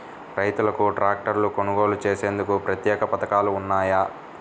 రైతులకు ట్రాక్టర్లు కొనుగోలు చేసేందుకు ప్రత్యేక పథకాలు ఉన్నాయా?